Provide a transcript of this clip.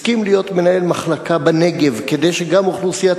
הסכים להיות מנהל מחלקה בנגב כדי שגם אוכלוסיית